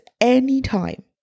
anytime